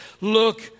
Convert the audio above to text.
look